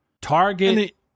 Target